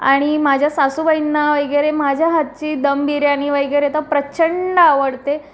आणि माझ्या सासूबाईंना वैगेरे माझ्या हातची दम बिर्याणी वगैरे तर प्रचंड आवडते